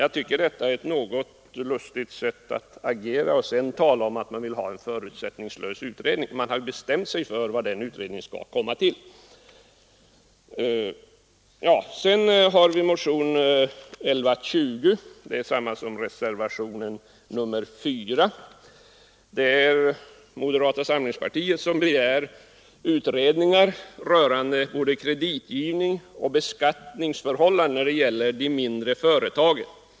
Jag tycker att det är ett något lustigt sätt att agera, när man först vill ha en förutsättningslös utredning och sedan har bestämt sig för vilket resultat den skall få. Sedan har vi motionen 1120, reservationen 4. Här begär moderata samlingspartiet utredningar rörande både kreditgivning och beskattningsförhållanden när det gäller de mindre företagen.